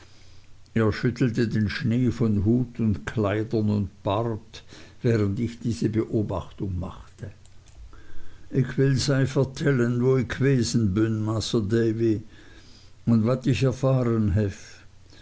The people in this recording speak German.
er schüttelte den schnee von hut und kleidern und bart während ich diese beobachtung machte ick will sej vertellen wo ick wesen bün masr davy und wat ick erfahren hew